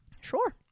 Sure